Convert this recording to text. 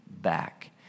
back